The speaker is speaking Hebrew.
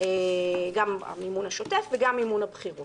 גם המימון השוטף וגם מימון הבחירות.